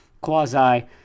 quasi